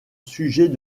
sujet